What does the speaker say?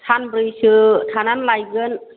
सानब्रैसो थानानै लायगोन